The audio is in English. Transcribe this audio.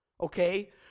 okay